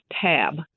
tab